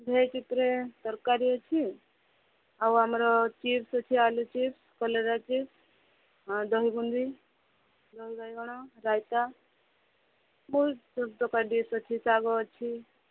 veg ଉପରେ ତରକାରୀ ଅଛି ଆଉ ଆମର ଚିପ୍ସ୍ ଅଛି ଆଳୁ ଚିପ୍ସ୍ କଲରା ଚିପ୍ସ୍ ଦହି ବୁନ୍ଦି ଦହି ବାଇଗଣ ରାଇତା ବହୁତ ପ୍ରକାର ଡିସ୍ ଅଛି ଶାଗ ଅଛି